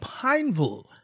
Pineville